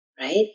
Right